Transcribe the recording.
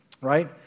right